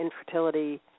infertility